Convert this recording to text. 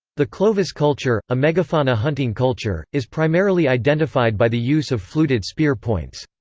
the clovis culture, a megafauna hunting culture, is primarily identified by the use of fluted spear points.